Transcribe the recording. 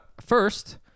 first